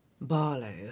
Barlow